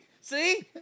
See